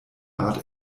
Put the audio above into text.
art